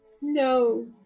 No